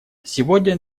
сегодня